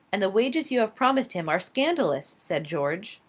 and the wages you have promised him are scandalous, said george.